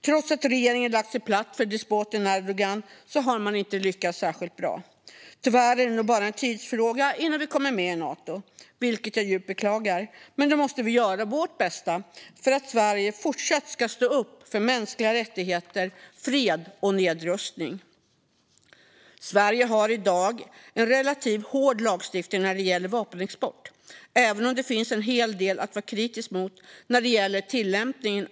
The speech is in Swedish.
Trots att regeringen lagt sig platt för despoten Erdogan har man inte lyckats särskilt bra. Tyvärr är det nog bara en tidsfråga innan vi kommer med i Nato, vilket jag djupt beklagar. Men då måste vi göra vårt bästa för att Sverige fortsatt ska stå upp för mänskliga rättigheter, fred och nedrustning. Sverige har i dag en relativt hård lagstiftning när det gäller vapenexport, men det finns en hel del att vara kritisk mot när det gäller tillämpningen.